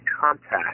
contact